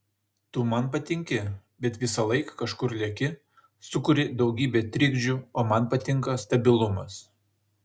tu man patinki bet visąlaik kažkur leki sukuri daugybę trikdžių o man patinka stabilumas